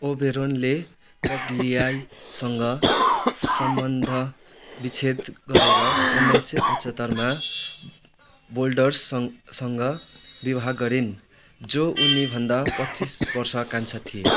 ओबेरोनले पग्लियाइसँग सम्बन्ध विच्छेद गरेर उन्नाइस सय पचहत्तरमा वोल्डर्ससँग सँग विवाह गरिन् जो उनी भन्दा पच्चिस वर्ष कान्छा थिए